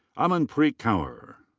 amanpreet kaur.